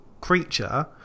creature